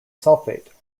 sulfate